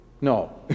no